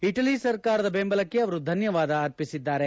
Italy ಸರ್ಕಾರದ ಬೆಂಬಲಕ್ಕೆ ಅವರು ಧನ್ಯವಾದ ತಿಳಿಸಿದ್ದಾರೆ